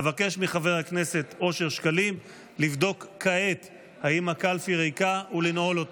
אבקש מחבר הכנסת אושר שקלים לבדוק כעת אם הקלפי ריקה ולנעול אותה.